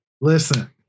Listen